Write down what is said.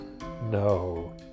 No